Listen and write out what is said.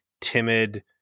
timid